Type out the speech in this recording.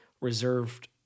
reserved